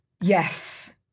Yes